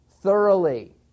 thoroughly